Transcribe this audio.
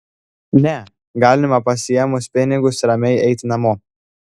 ne galima pasiėmus pinigus ramiai eiti namo